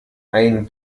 ein